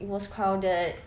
it was crowded